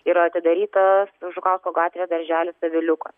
yra atidaryta žukausko gatvėje darželis aviliukas